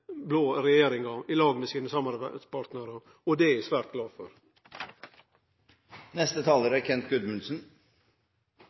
blå regjeringa, i lag med samarbeidspartnarane sine. Det er eg svært glad